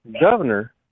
governor